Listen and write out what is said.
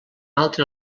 altre